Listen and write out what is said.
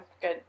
good